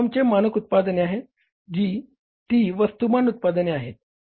ते फर्मची मानक उत्पादने आहेत जी ती वस्तुमान उत्पादने आहेत